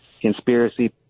conspiracy